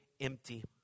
empty